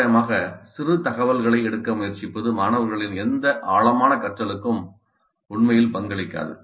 தோராயமாக சிறு தகவல்களை எடுக்க முயற்சிப்பது மாணவர்களின் எந்த ஆழமான கற்றலுக்கும் உண்மையில் பங்களிக்காது